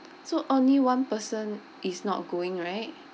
so only one person is not going right